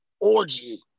orgy